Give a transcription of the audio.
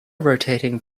rotating